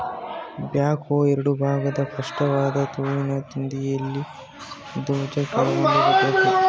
back ಹೋ ಎರಡು ಭಾಗದ ಸ್ಪಷ್ಟವಾದ ತೋಳಿನ ತುದಿಯಲ್ಲಿ ಅಗೆಯೋ ಬಕೆಟ್ನ ಒಳಗೊಂಡಿರ್ತದೆ